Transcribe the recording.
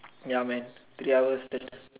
ya man three hours thirty